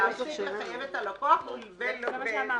כלומר: "להפסיק לחייב את הלקוח ולהפסיק להעביר